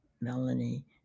Melanie